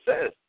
says